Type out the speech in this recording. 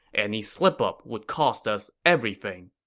any slip-up would cost us everything.